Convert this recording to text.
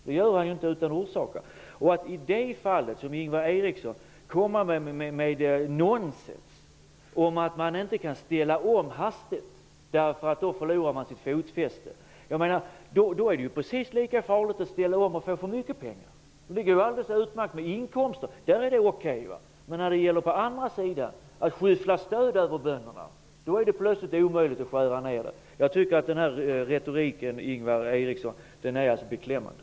Det gör han inte utan orsak. Ingvar Eriksson kommer med nonsens när han säger att man inte kan ställa om hastigt därför att man då skulle förlora fotfästet. Då är det precis lika farligt att ställa om och få för mycket pengar. Inkomster går alldeles utmärkt! Det är okej. När det gäller att skyffla stöd över bönderna är det plötsligt omöjligt att skära ned. Jag tycker att den retoriken är beklämmande,